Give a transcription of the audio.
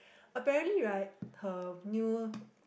apparently right her new